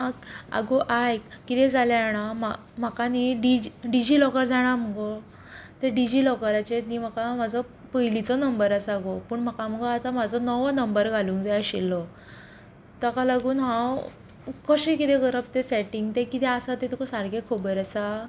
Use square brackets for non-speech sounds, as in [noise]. [unintelligible] आगो आयक कितें जालें जाणां [unintelligible] म्हाका न्ही डिजीलॉकर जाणां मगो ते डिजीलॉकराचेर न्ही म्हाका म्हाजो पयलींचो नंबर आसा गो पूण म्हाका मगो आतां म्हाजो नवो नंबर घालूंक जाय आशिल्लो ताका लागून हांव कशें कितें करप तें सॅटिंग तें कितें आसा तें तुका सारकें खबर आसा